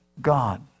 God